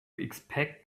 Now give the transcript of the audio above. expect